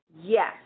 Yes